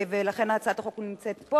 ולכן הצעת החוק נמצאת פה.